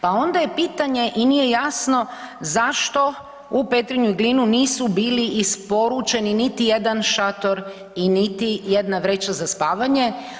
Pa onda je pitanje i nije jasno zašto u Petrinju i Glinu nisu bili isporučeni niti jedan šator i niti jedna vreća za spavanje.